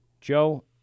Joe